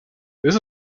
this